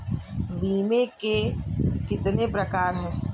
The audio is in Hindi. बीमे के कितने प्रकार हैं?